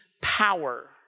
power